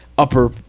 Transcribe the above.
upper